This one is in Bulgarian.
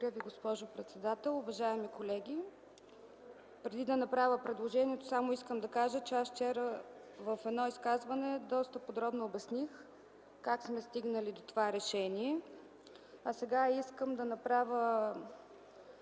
уважаема госпожо председател. Уважаеми колеги, преди да направя предложението, искам само да кажа, че вчера в свое изказване подробно обясних как сме стигнали до това решение. Сега искам да направя